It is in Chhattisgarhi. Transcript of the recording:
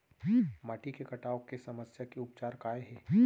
माटी के कटाव के समस्या के उपचार काय हे?